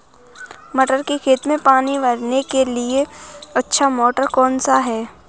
मटर के खेत में पानी भरने के लिए सबसे अच्छा मोटर कौन सा है?